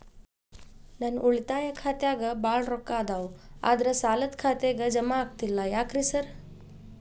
ನನ್ ಉಳಿತಾಯ ಖಾತ್ಯಾಗ ಬಾಳ್ ರೊಕ್ಕಾ ಅದಾವ ಆದ್ರೆ ಸಾಲ್ದ ಖಾತೆಗೆ ಜಮಾ ಆಗ್ತಿಲ್ಲ ಯಾಕ್ರೇ ಸಾರ್?